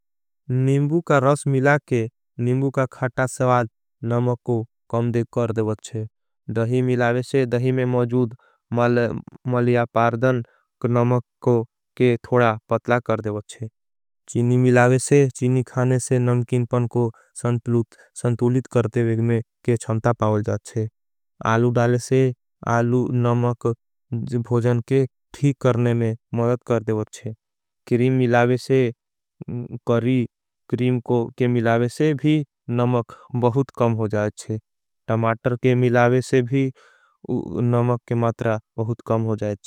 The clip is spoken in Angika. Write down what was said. निम्बू का रस मिला के निम्बू का खाटा स्वाग नमक को। कम दे कर देवाच्छे दही मिलावेशे दही में मौजूद मल्या। पारदन के नमक को थोड़ा पतला कर देवाच्छे चीनी। मिलावेशे चीनी खाने से नमकीन पन को संतूलित करते। वेग में के शमता पावल जाच्छे आलू डालेशे आलू नमक। भोजन के ठीक करने में मदद कर देवाच्छे क्रीम मिलावेशे। करी क्रीम को के मिलावेशे भी नमक बहुत कम हो जाएच्छे। टमाटर के मिलावेशे भी नमक के मातरा बहुत कम हो जाएच्छे।